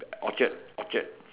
Orchard